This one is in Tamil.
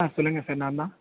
ஆ சொல்லுங்கள் சார் நான் தான்